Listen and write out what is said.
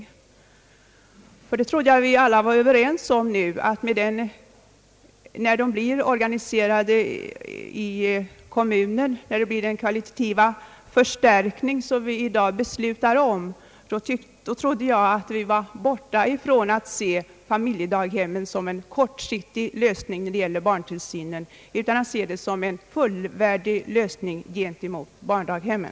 Jag trodde nämligen att vi alla var överens om att man, när denna verksamhet blir en kommunal angelägenhet med den kvalitativa förstärkning, som vi i dag beslutar om, inte skulle betrakta familjedaghemmen som en kortsiktig lösning när det gäller barntillsynen utan se det som en fullvärdig lösning vid sidan av barndaghemmen.